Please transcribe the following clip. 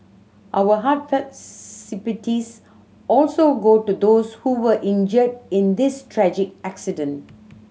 our heartfelt sympathies also go to those who were injured in this tragic accident